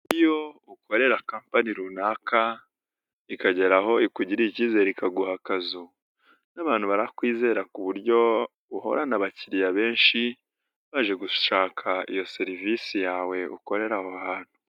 Iyo ukorera kampani runaka ikagera aho ikugirira ikizere ikaguha akazu, n'abantu barakwizera ku buryo uhorana abakiriya benshi baje gushaka iyo serivisi yawe ukorera aho hantu.